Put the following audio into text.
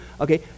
Okay